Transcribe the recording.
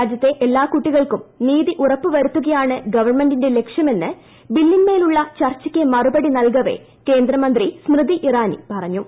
രാജ്യത്തെ എല്ലാകുട്ടികൾക്കും നീതി ഉറപ്പുവരുത്തുകയാണ് ഗവൺമെന്റിന്റെ ലക്ഷ്യമെന്ന് ബില്ലിൻമേലുള്ളചർച്ചയ്ക്ക്മറുപടിനൽകവെകേന്ദ്ര മന്ത്രി സ്മൃതിഇറാനി പറഞ്ഞു